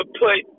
put –